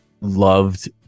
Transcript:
loved